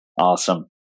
Awesome